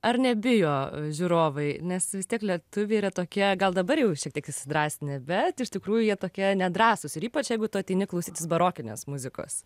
ar nebijo žiūrovai nes vis tiek lietuviai yra tokie gal dabar jau šiek tiek įsidrąsinę bet iš tikrųjų jie tokie nedrąsūs ir ypač jeigu tu ateini klausytis barokinės muzikos